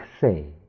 say